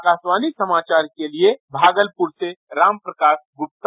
आकाशवाणी समाचार के लिए भागलपुर से रामप्रकाश गुप्ता